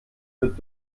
wird